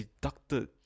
deducted